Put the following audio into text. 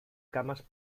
camas